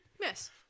Yes